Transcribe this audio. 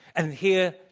and here,